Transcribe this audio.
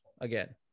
again